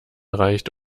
reicht